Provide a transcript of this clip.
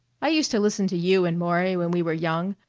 i used to listen to you and maury when we were young,